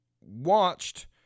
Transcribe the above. watched